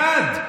אחד,